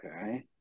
Okay